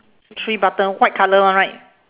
three button white colour one right